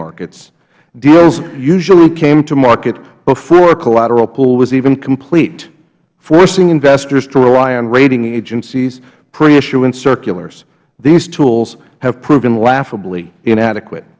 markets deals usually came to market before a collateral pool was even complete forcing investors to rely on rating agencies pre issuance circulars these tools have proven laughably inadequate